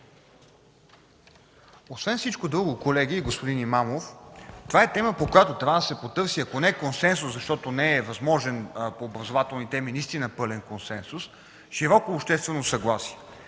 освен всичко друго това е тема, по която трябва да се потърси, ако не консенсус, защото не е възможен по образователни теми наистина пълен консенсус, широко обществено съгласие.